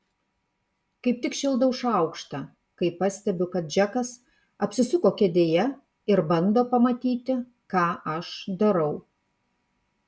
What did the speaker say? kaip tik šildau šaukštą kai pastebiu kad džekas apsisuko kėdėje ir bando pamatyti ką aš darau